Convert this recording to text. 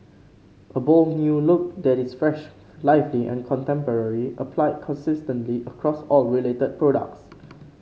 a bold new look that is fresh lively and contemporary applied consistently across all related products